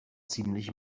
ziemlich